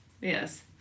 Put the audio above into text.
yes